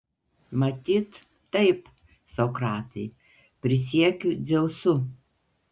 matyt taip sokratai prisiekiu dzeusu